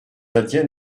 indiens